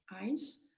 eyes